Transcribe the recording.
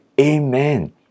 Amen